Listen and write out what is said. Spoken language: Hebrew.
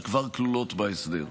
שכבר כלולות בהסדר.